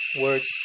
words